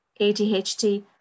ADHD